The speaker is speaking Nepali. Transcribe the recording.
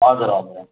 हजुर हजुर